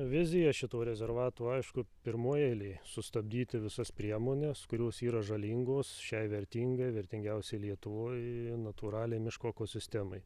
vizija šito rezervato aišku pirmoj eilėj sustabdyti visas priemones kurios yra žalingos šiai vertingai vertingiausiai lietuvoj natūraliai miško ekosistemai